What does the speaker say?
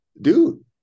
Dude